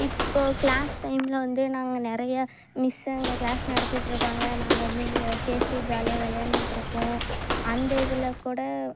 இப்போ க்ளாஸ் டைமில் வந்து நாங்கள் நிறைய மிஸ்ஸுங்க க்ளாஸ் நடத்திட்டுருப்பாங்க நாங்கள் நீங்கள் பேசி ஜாலியாக விளையாண்டுட்ருப்போம் அந்த இதில் கூட